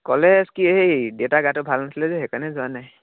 college কি এই দেউতাৰ গাটো ভাল নাছিলে যে সেইকাৰণে যোৱা নাই